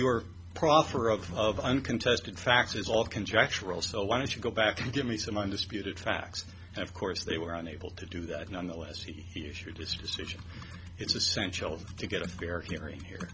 you're proffer of uncontested facts is all conjecture also why don't you go back and give me some undisputed facts and of course they were unable to do that nonetheless he issued his decision it's essential to get a fair hearing here